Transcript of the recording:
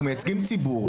אנחנו מייצגים ציבור,